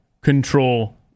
control